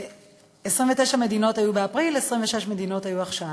29 מדינות היו באפריל, 26 מדינות היו עכשיו.